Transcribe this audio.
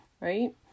Right